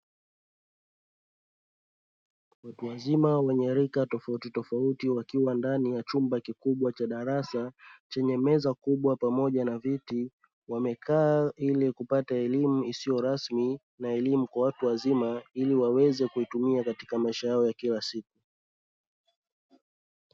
Watu wazima wenye rika tofautitofauti wakiwa ndani ya chumba kikubwa cha darasa, chenye meza kubwa pamoja na viti wamekaa ili kupata elimu isiyo rasmi na elimu kwa watu wazima ili waweze kuitumia katika maisha yao ya kila siku.